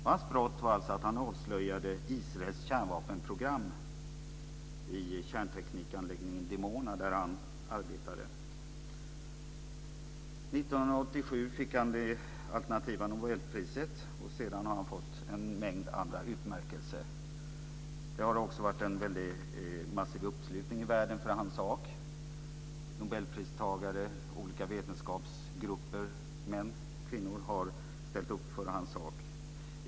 Hans brott var att han avslöjade Israels kärnvapenprogram i kärnteknikanläggningen Dimona, där han arbetade. År 1987 fick han det alternativa Nobelpriset, och sedan har han fått en mängd andra utmärkelser. Det har också varit en massiv uppslutning i världen för hans sak. Nobelpristagare och olika vetenskapsgrupper - män och kvinnor - har ställt upp för hans sak.